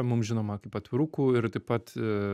mums žinoma kaip atvirukų ir taip pat